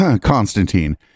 Constantine